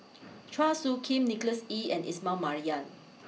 Chua Soo Khim Nicholas Ee and Ismail Marjan